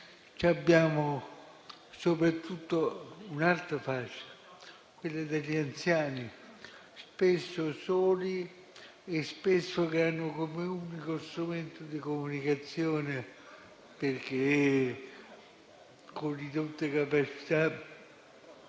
Abbiamo soprattutto un'altra fascia, quella degli anziani, i quali spesso sono soli e hanno come unico strumento di comunicazione, per le ridotte capacità